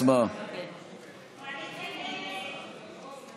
חברי הכנסת, חבר הכנסת פורר,